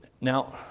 Now